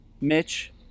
Mitch